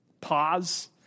pause